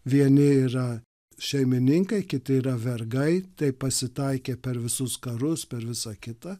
vieni yra šeimininkai kiti yra vergai taip pasitaikė per visus karus per visa kita